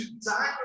die